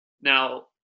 Now